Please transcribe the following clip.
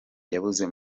yabuze